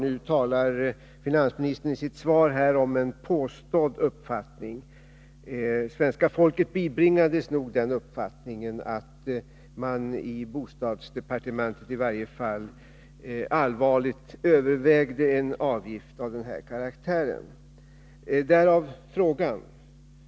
Nu talar finansministern i sitt svar om en ”påstådd uppfattning”. Svenska folket bibringades nog den uppfattningen att man i bostadsdepartementet i varje fall övervägde en avgift av denna karaktär — därav interpellationen.